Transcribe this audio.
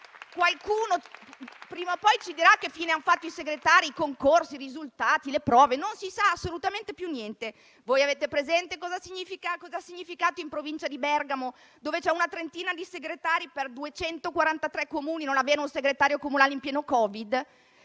Quando qualcuno ci dirà che fine hanno fatto i segretari, i concorsi, i risultati e le prove? Non si sa assolutamente più niente. Avete presente cos'ha significato in provincia di Bergamo, dove ci sono una trentina di segretari per 243 Comuni, non avere un segretario comunale in piena